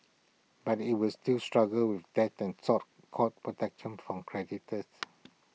but IT was still struggle with debt and sought court protection from creditors